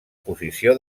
posició